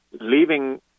leaving